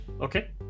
Okay